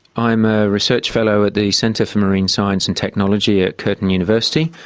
i'm a research fellow at the centre for marine science and technology at curtin university.